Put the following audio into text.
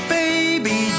baby